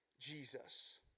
Jesus